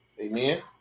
Amen